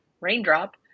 raindrop